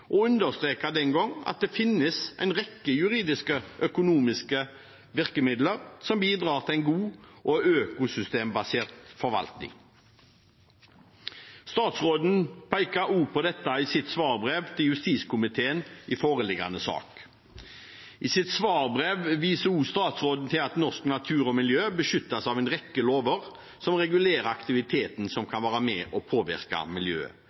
den gangen at det finnes en rekke juridiske og økonomiske virkemidler som bidrar til en god og økosystembasert forvaltning. Statsråden pekte også på dette i sitt svarbrev til justiskomiteen i foreliggende sak. I sitt svarbrev viser statsråden også til at norsk natur og miljø beskyttes av en rekke lover som regulerer aktivitet som kan være med og påvirke miljøet.